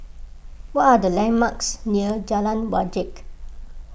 what are the landmarks near Jalan Wajek